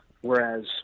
whereas